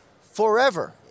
forever